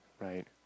right